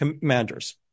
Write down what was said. commanders